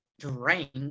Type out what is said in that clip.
drink